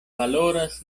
valoras